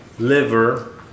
Liver